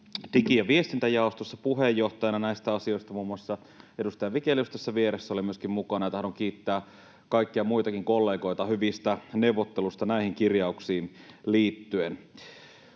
digi- ja viestintäjaostossa puheenjohtajana näistä asioista. Muun muassa edustaja Vigelius tässä vieressä oli myöskin mukana, ja tahdon kiittää kaikkia muitakin kollegoita hyvistä neuvotteluista näihin kirjauksiin liittyen.